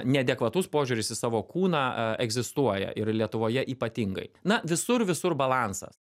neadekvatus požiūris į savo kūną egzistuoja ir lietuvoje ypatingai na visur visur balansas